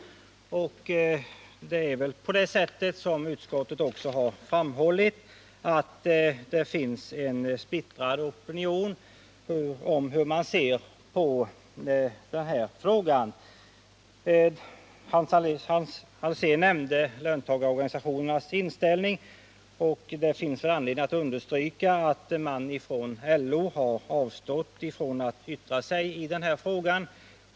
Det finns väl, som utskottet också har framhållit, en splittrad opinion i denna fråga. Hans Alsén talade om löntagarorganisationernas inställning, och det finns anledning att understryka att LO har avstått från att yttra sig i den här frågan.